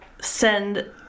send